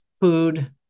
food